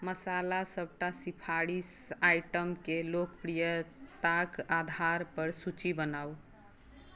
मसाला सबटा सिफारिश आइटमके लोकप्रियताके आधारपर सूची बनाउ